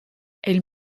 elle